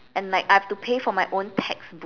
and like I have to pay for my own textbook